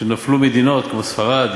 ונפלו מדינות כמו ספרד,